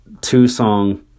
two-song